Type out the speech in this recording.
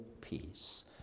peace